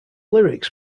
lyrics